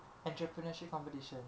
entrepreneurship competition